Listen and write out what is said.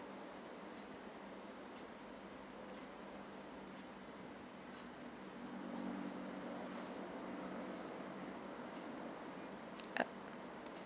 uh